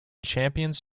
champions